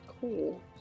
Cool